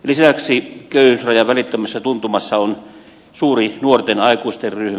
lisäksi köyhyysrajan välittömässä tuntumassa on suuri nuorten aikuisten ryhmä